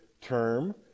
term